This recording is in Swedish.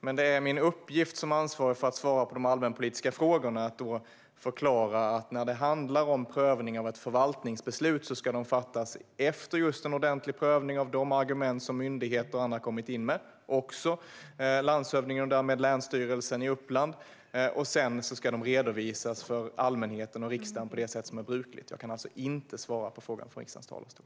Men det är min uppgift som ansvarig för att svara på de allmänpolitiska frågorna att förklara att när det handlar om prövning av ett förvaltningsbeslut ska beslut fattas efter en ordentlig prövning av de argument som myndigheter och andra kommit in med och därmed också länsstyrelsen och landshövdingen i Uppland. Sedan ska de redovisas för allmänheten och riksdagen på det sätt som är brukligt. Jag kan alltså inte svara på frågan från riksdagens talarstol.